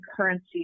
currency